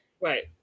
Right